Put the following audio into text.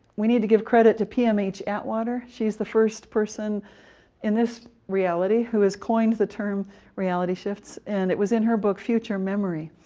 we need to give credit to pmh atwater. she's the first person in this reality who has coined the term reality shifts and it was in her book, future memory,